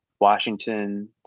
Washington